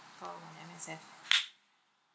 call M_S_F